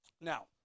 Now